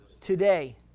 Today